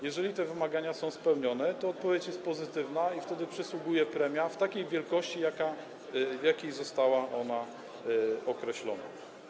Jeżeli te wymagania są spełnione, to odpowiedź jest pozytywna i wtedy przysługuje premia w takiej wielkości, w jakiej została ona określona.